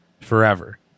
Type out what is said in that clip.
forever